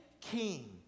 king